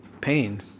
pain